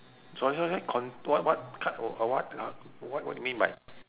sorry sorry cont~ what what cut or or what uh what what do you mean by